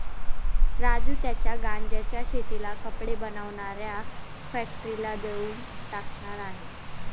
राजू त्याच्या गांज्याच्या शेतीला कपडे बनवणाऱ्या फॅक्टरीला देऊन टाकणार आहे